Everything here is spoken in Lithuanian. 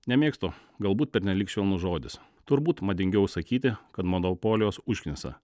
nemėgstu galbūt pernelyg švelnus žodis turbūt madingiau sakyti kad monopolijos užknisa